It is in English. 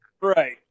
Right